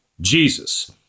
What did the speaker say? Jesus